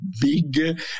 big